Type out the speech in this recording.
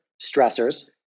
stressors